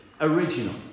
original